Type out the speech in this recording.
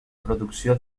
producció